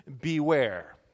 beware